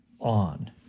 on